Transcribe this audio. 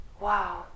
Wow